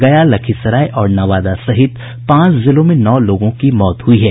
गया लखीसराय और नवादा सहित पांच जिलों में नौ लोगों की मौत हुई है